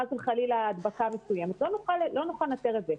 חס וחלילה, הדבקה מסוימת לא נוכל לנטר את זה.